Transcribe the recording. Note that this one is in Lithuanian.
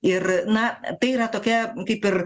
ir na tai yra tokia kaip ir